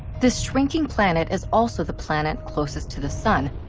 this shrinking planet is also the planet closest to the sun,